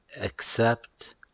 accept